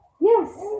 Yes